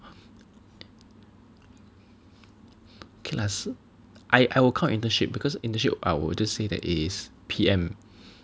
okay lah I will I will count your internship because internship I will just say that it is P_M